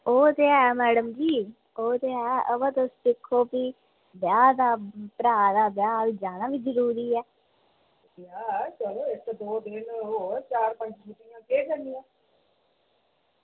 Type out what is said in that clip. ओह् ते ऐ मैडम जी ओह् ते ऐ बाऽ तुस दिक्खो भी ब्याह् दा चाऽ ऐ ते ब्याह् जाना बी जरूरी ऐ